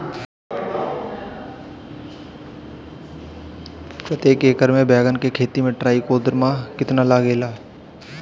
प्रतेक एकर मे बैगन के खेती मे ट्राईकोद्रमा कितना लागेला?